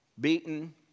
Beaten